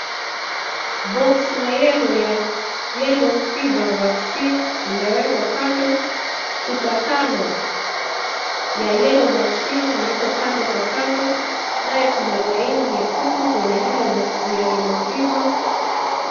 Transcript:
Boksi la yellow ya Yellow fever vaccine imewekwa kando. Chupa tano ya Yellow Vaccine imewekwa kando kwa kando. Naye kuna laini nyekundu kwenye hilo boksi ya Yellow fever .